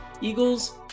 Eagles